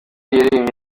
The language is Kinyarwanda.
yaririmbye